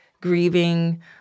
grieving